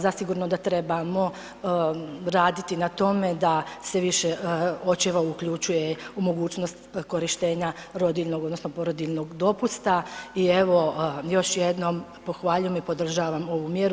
Zasigurno da trebamo raditi na tome da se više očeva uključuje u mogućnost korištenja rodiljnog odnosno porodiljnog dopusta i evo još jednom pohvaljujem i podržavam ovu mjeru.